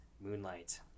Moonlight